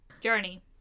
Journey